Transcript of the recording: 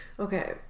Okay